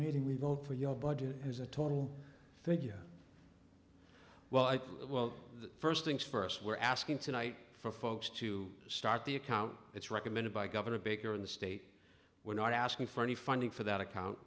meeting we vote for your budget it has a total thank you well well first things first we're asking tonight for folks to start the account it's recommended by governor baker in the state we're not asking for any funding for that account